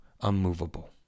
unmovable